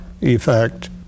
effect